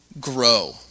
grow